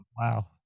wow